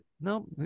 no